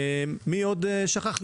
את מי עוד שכחנו?